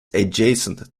adjacent